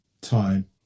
time